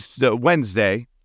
Wednesday